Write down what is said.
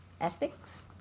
ethics